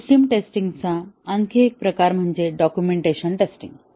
system testing चा आणखी एक प्रकार म्हणजे डॉक्युमेंटेशन टेस्टिंग